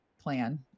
plan